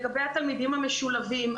לגבי התלמידים המשולבים.